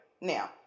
Now